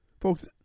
Folks